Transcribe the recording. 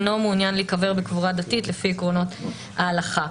להיקבר בקבורה דתית לפי עקרונות ההלכה.